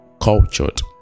cultured